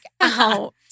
out